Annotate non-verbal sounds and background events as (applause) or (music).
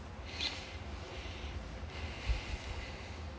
(breath)